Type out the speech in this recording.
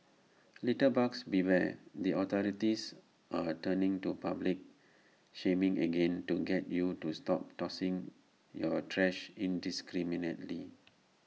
litterbugs beware the authorities are turning to public shaming again to get you to stop tossing your trash indiscriminately